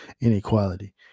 inequality